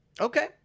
Okay